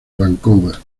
vancouver